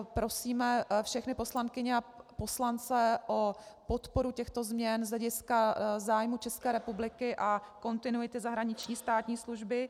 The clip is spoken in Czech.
Prosíme všechny poslankyně a poslance o podporu těchto změn z hlediska zájmu České republiky a kontinuity zahraniční státní služby.